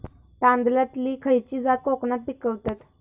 तांदलतली खयची जात कोकणात पिकवतत?